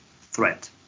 threat